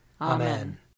Amen